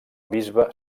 bisbe